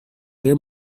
there